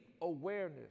awareness